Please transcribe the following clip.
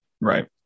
right